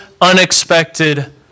unexpected